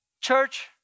Church